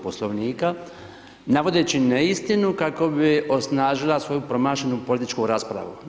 Poslovnika navodeći neistinu, kako bi osnažila svoju promašenu političku raspravu.